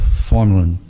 formula